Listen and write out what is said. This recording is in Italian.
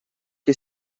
che